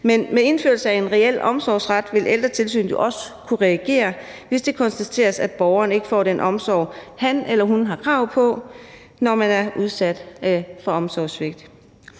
Men med indførelse af en reel omsorgsret vil ældretilsynet også kunne reagere, hvis det konstateres, at borgeren ikke får den omsorg, han eller hun har krav på, men har været udsat for omsorgssvigt.